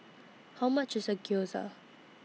How much IS Gyoza